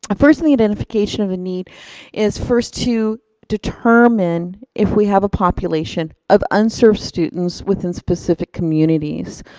ah firstly identification of a need is first to determine if we have a population of unserved students within specific communities.